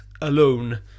alone